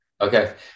Okay